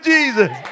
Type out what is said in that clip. Jesus